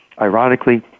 ironically